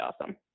awesome